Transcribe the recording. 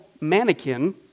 Mannequin